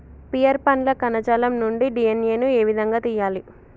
Pear పండ్ల కణజాలం నుండి డి.ఎన్.ఎ ను ఏ విధంగా తియ్యాలి?